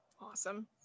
Awesome